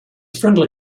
friendly